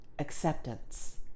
Acceptance